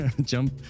jump